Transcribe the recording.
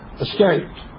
escaped